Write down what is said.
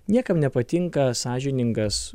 niekam nepatinka sąžiningas